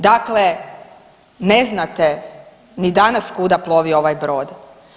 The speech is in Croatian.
Dakle, ne znate ni danas kuda plovi ovaj brod.